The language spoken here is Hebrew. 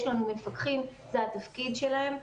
יש לנו מפקחים וזה התפקיד שלהם,